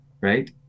right